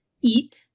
eat